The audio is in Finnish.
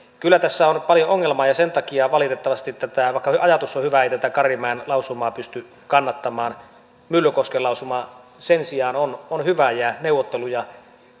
kyllä tässä on paljon ongelmaa ja sen takia valitettavasti vaikka ajatus on hyvä ei tätä karimäen lausumaa pysty kannattamaan myllykosken lausuma sen sijaan on on hyvä ja neuvotteluja